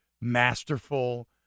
masterful